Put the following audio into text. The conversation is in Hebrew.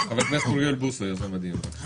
חבר הכנסת בוסו, יוזם הדיון.